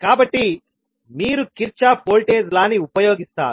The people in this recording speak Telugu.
కాబట్టి మీరు కిర్చాఫ్ వోల్టేజ్ లా ని ఉపయోగిస్తారు